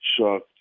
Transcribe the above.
shocked